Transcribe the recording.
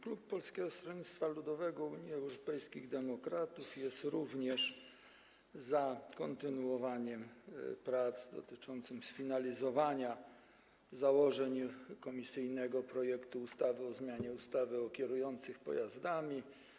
Klub Polskiego Stronnictwa Ludowego - Unii Europejskich Demokratów jest również za kontynuowaniem prac dotyczących sfinalizowania założeń komisyjnego projektu ustawy o zmianie ustawy o kierujących pojazdami.